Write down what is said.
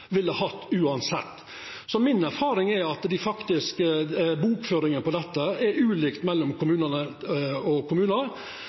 ville hatt uansett. Så mi erfaring er at bokføringa av dette er ulik mellom